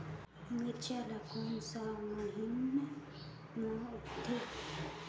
मिरचा ला कोन सा महीन मां उगथे?